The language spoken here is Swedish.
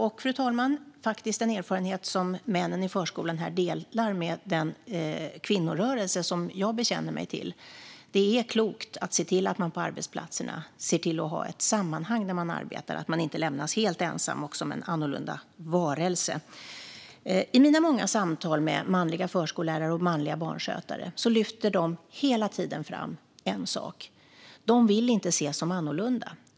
Det är faktiskt en erfarenhet som männen i förskolan delar med den kvinnorörelse som jag bekänner mig till: Det är klokt att på arbetsplatserna se till att ha ett sammanhang där man arbetar och inte lämnas helt ensam och som en annorlunda varelse. I mina många samtal med manliga förskollärare och manliga barnskötare lyfter de hela tiden fram en sak: De vill inte ses som annorlunda.